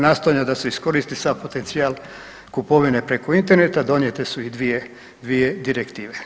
Nastojanja da se iskoristi sav potencijal kupovine preko intereneta donijete su i dvije, dvije direktive.